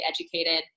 educated